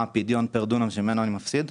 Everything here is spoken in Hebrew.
מה הפדיון פר דונם שממנו אני מפסיד?